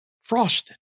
Frosted